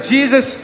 Jesus